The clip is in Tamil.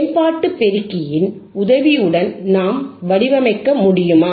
செயல்பாட்டு பெருக்கியின் உதவியுடன் நாம் வடிவமைக்க முடியுமா